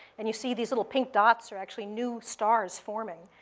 and you see these little pink dots are actually new stars forming.